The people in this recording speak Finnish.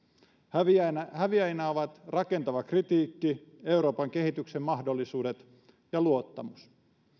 häviäjinä häviäjinä ovat rakentava kritiikki euroopan kehityksen mahdollisuudet ja luottamus